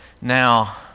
now